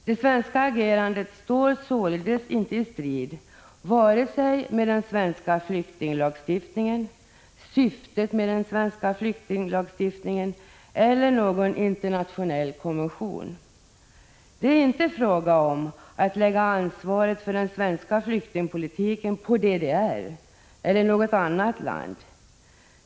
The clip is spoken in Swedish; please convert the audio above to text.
Det svenska agerandet står således inte i strid med vare sig den svenska flyktinglagstiftningen, syftet med flyktinglagstiftningen eller någon internationell konvention. Det är det inte fråga om att lägga ansvaret för den svenska flyktingpolitiken på DDR eller något annat land.